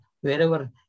wherever